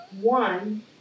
One